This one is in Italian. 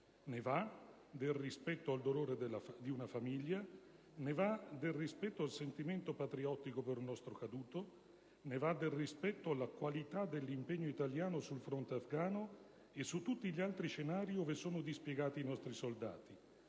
Ne va del rispetto al dolore di una famiglia; ne va del rispetto al sentimento patriottico per il nostro caduto; ne va del rispetto alla qualità dell'impegno italiano sul fronte afgano e su tutti gli altri scenari ove sono dispiegati i nostri soldati;